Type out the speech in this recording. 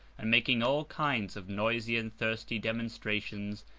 and making all kinds of noisy and thirsty demonstrations,